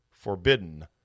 Forbidden